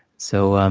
so, um